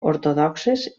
ortodoxes